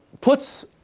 puts